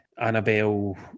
Annabelle